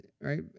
right